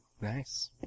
Nice